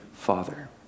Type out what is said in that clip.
Father